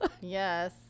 Yes